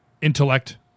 Intellect